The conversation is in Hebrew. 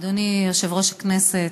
אדוני יושב-ראש הכנסת,